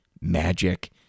magic